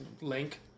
link